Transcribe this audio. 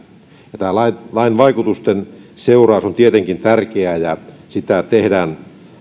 tämän lain lain vaikutusten seuraaminen on tietenkin tärkeää ja sitä tehdään